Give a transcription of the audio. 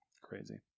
Crazy